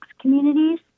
communities